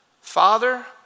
Father